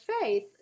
faith